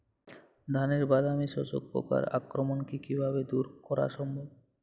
ধানের বাদামি শোষক পোকার আক্রমণকে কিভাবে দূরে করা সম্ভব?